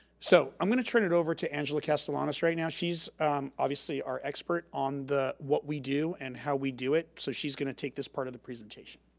so i'm gonna turn it over to angela castellanos right now. she's obviously our expert on what we do and how we do it so she's going to take this part of the presentation.